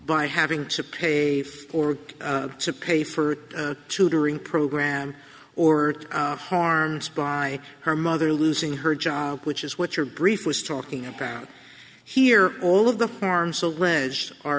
by having to pay for it to pay for tutoring program or harms by her mother losing her job which is what your brief was talking about here all of the form so ledged are